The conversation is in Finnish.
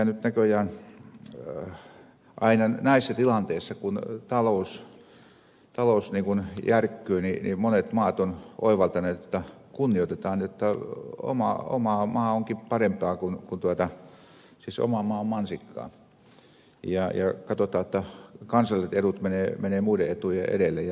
mutta jos me oppisimme näissä tilanteissa kun talous järkkyy sen minkä monet maat ovat oivaltaneet että oma maa onkin parempaa siis oma maa on mansikkaa ja katsotaan että kansalliset edut menevät muiden etujen edelle